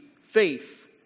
faith